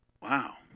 Wow